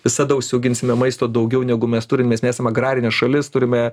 visada užsiauginsime maisto daugiau negu mes turim mes esam agrarinė šalis turime